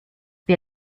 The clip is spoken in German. wir